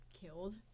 killed